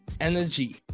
energy